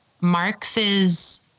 Marx's